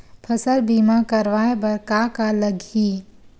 फसल बीमा करवाय बर का का लगही?